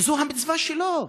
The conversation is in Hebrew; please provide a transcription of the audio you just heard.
כי זו המצווה שלו.